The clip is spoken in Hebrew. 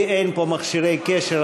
לי אין פה מכשירי קשר,